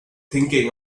thinking